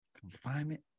confinement